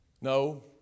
No